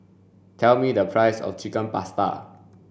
tell me the price of Chicken Pasta